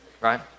right